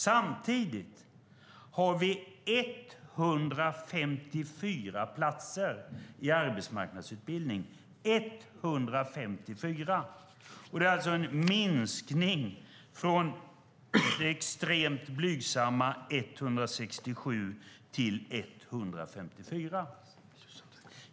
Samtidigt har vi 154 platser i arbetsmarknadsutbildning, 154! Det är alltså en minskning från de extremt blygsamma 167 till 154.